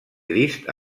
crist